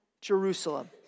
Jerusalem